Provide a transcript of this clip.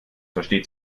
versteht